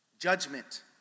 judgment